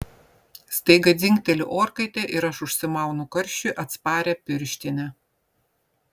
staiga dzingteli orkaitė ir aš užsimaunu karščiui atsparią pirštinę